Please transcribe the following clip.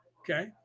okay